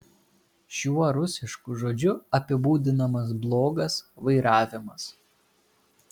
šiuo rusišku žodžiu apibūdinamas blogas vairavimas